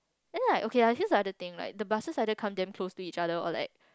then like okay I feel this other thing like the buses either come damn close to each other or like